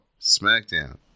SmackDown